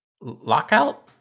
Lockout